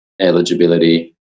eligibility